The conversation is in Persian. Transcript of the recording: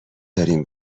داریم